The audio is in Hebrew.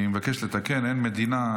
אני מבקש לתקן: אין מדינה,